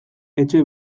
etxe